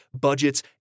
budgets